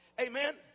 Amen